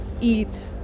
eat